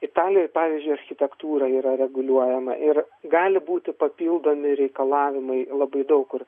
italijoj pavyzdžiui architektūra yra reguliuojama ir gali būti papildomi reikalavimai labai daug kur